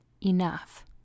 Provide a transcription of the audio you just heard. enough